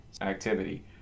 activity